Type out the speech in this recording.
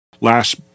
last